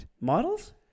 Models